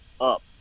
up